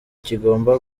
kigomba